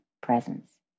presence